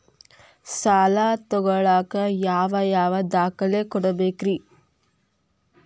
ಸಾಲ ತೊಗೋಳಾಕ್ ಯಾವ ಯಾವ ದಾಖಲೆ ಕೊಡಬೇಕ್ರಿ?